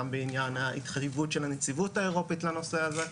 גם בעניין ההתחייבות של הנציבות האירופית לנושא הזה.